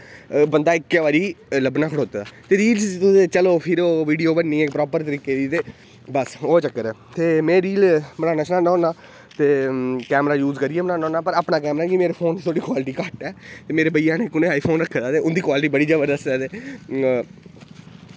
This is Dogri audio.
बंदा इक्कै बारी लब्भना खड़ोते दा ते रील बिच फिर वीडियो बननी प्रॉपर तरीके दी ते बस ओह् चक्कर ऐ ते में रील बनाना होन्ना ते कैमरा यूज़ करियै बनाना होन्ना ते अपना कैमरा च निं की के मेरे फोन दी क्वालिटी घट्ट ऐ ते मेरे भैया नै आईफोन रक्खे दा ते उंदीा क्वालिटी बड़ी जबरदस्त ऐ ते